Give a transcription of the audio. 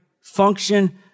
function